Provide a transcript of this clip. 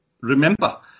remember